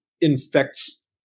infects